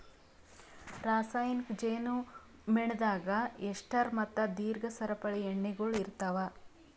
ರಾಸಾಯನಿಕ್ ಜೇನು ಮೇಣದಾಗ್ ಎಸ್ಟರ್ ಮತ್ತ ದೀರ್ಘ ಸರಪಳಿ ಎಣ್ಣೆಗೊಳ್ ಇರ್ತಾವ್